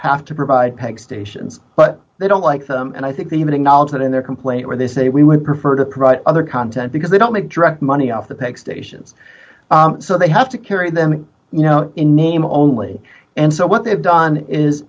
have to provide peg stations but they don't like them and i think they even acknowledge that in their complaint where they say we would prefer to price other content because they don't make direct money off the peg stations so they have to carry them you know in name only and so what they've done is